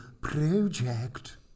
project